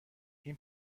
این